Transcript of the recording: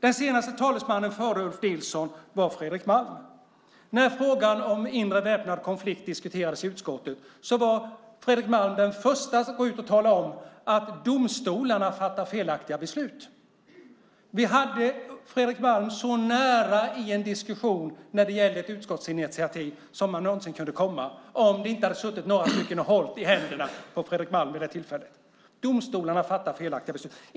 Den senaste talesmannen före Ulf Nilsson var Fredrik Malm. När frågan om inre väpnad konflikt diskuterades i utskottet var Fredrik Malm den första att gå ut och tala om domstolarna fattar felaktiga beslut. Vi hade Fredrik Malm så nära i en diskussion om ett utskottsinitiativ som man någonsin kan komma, men det satt några och höll i händerna på Fredrik Malm vid det tillfället. Domstolarna fattar felaktiga beslut.